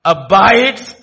abides